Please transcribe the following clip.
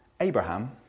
Abraham